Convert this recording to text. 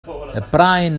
براين